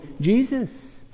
Jesus